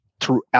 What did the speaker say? throughout